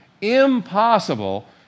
Impossible